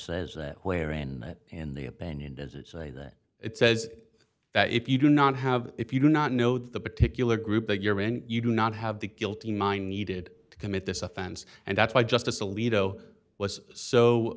says that way or in it in the opinion does it say that it says that if you do not have if you do not know the particular group that you're in you do not have the guilty mind needed to commit this offense and that's why justice alito was so